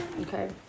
Okay